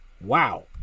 Wow